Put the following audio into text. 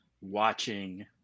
watching